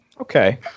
okay